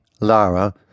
Lara